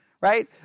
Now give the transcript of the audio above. right